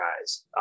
guys